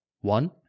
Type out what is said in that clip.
one